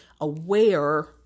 aware